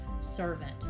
servant